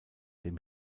dem